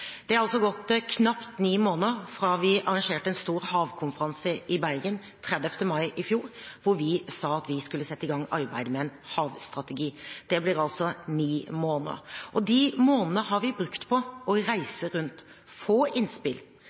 Det er gått knapt ni måneder siden vi arrangerte en stor havkonferanse i Bergen, 30. mai i fjor, hvor vi sa at vi skulle sette i gang arbeidet med en havstrategi – det blir altså ni måneder. De månedene har vi brukt til å reise rundt og få innspill